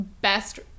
best